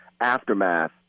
aftermath